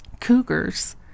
cougars